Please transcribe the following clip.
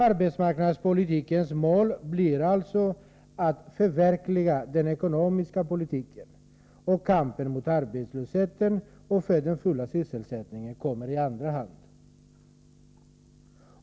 Arbetsmarknadspolitikens mål blir alltså att förverkliga den ekonomiska politiken, och kampen mot arbetslösheten och för den fulla sysselsättningen kommer i andra hand.